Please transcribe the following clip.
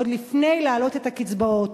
עוד לפני הגדלת הקצבאות.